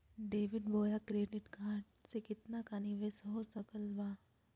Debit बोया credit card से कितना का निकासी हो सकल बा?